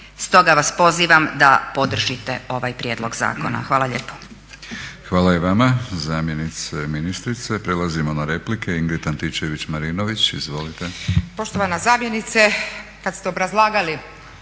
Stoga vas pozivam da podržite ovaj prijedlog zakona. Hvala lijepo.